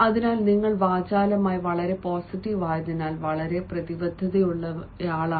അതിനാൽ നിങ്ങൾ വാചാലമായി വളരെ പോസിറ്റീവായതിനാൽ വളരെ പ്രതിബദ്ധതയുള്ളയാളാണ്